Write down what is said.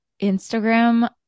Instagram